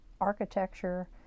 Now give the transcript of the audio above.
architecture